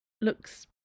looks